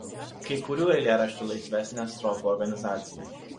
kai kurių eilėraščių laisvesnė strofų organizacija